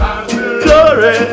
Glory